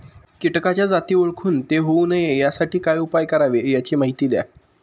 किटकाच्या जाती ओळखून ते होऊ नये यासाठी काय उपाय करावे याची माहिती द्या